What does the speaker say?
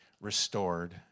restored